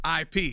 ip